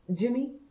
Jimmy